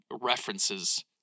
references